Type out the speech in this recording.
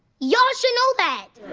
ya'll should know that!